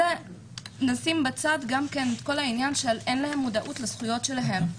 נשים בצד את העניין שאין להן מודעות לזכויות שלהן.